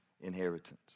inheritance